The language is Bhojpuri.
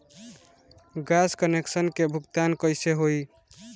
गैस कनेक्शन के भुगतान कैसे होइ?